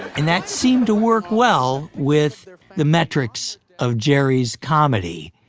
and that seemed to work well with the metrics of jerry's comedy.